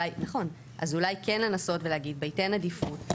אז אולי כן לנסות ולהגיד בייתן עדיפות,